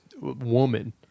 woman